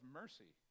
mercy